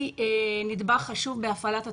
שהרשות המקומית היא נדבך חשוב בהפעלת התוכנית.